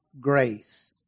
grace